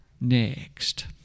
next